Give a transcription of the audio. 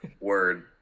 word